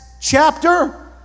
chapter